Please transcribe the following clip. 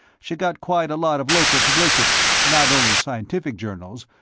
she got quite a lot of local publicity not only scientific journals,